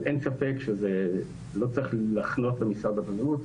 אבל אין ספק שזה לא צריך לחנות במשרד הבריאות.